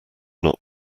not